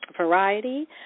Variety